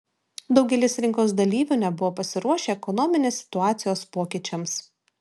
daugelis rinkos dalyvių nebuvo pasiruošę ekonominės situacijos pokyčiams